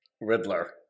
Riddler